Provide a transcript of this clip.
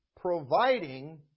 providing